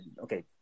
Okay